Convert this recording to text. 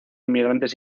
inmigrantes